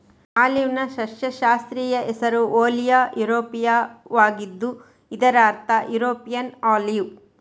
ಆಲಿವ್ನ ಸಸ್ಯಶಾಸ್ತ್ರೀಯ ಹೆಸರು ಓಲಿಯಾ ಯುರೋಪಿಯಾವಾಗಿದ್ದು ಇದರ ಅರ್ಥ ಯುರೋಪಿಯನ್ ಆಲಿವ್